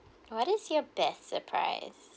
what is your best surprise